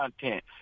content